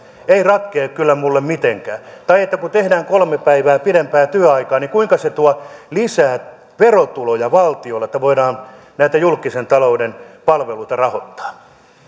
ei ratkea minulle kyllä mitenkään tai kun tehdään kolme päivää pidempää työaikaa niin kuinka se tuo lisää verotuloja valtiolle niin että voidaan näitä julkisen talouden palveluita rahoittaa